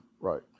Right